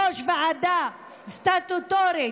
בראש ועדה סטטוטורית,